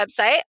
website